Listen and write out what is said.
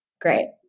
Great